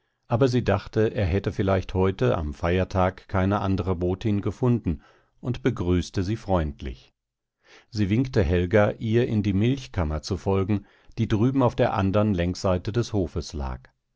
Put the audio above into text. aber sie dachte er hätte vielleicht heute am feiertag keine andre botin gefunden und begrüßte sie freundlich sie winkte helga ihr in die milchkammer zu folgen die drüben auf der andern längsseite des hofes lag